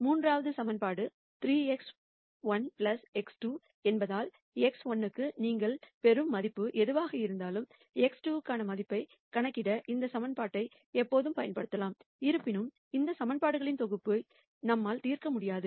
மூன்றாவது equation 3x1 x2 என்பதால் x1 க்கு நீங்கள் பெறும் மதிப்பு எதுவாக இருந்தாலும் x2 க்கான மதிப்பைக் கணக்கிட இந்த ஈகிவேஷன்னை எப்போதும் பயன்படுத்தலாம் இருப்பினும் இந்த ஈகிவேஷன்களின் தொகுப்பை நம்மால் தீர்க்க முடியாது